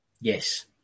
Yes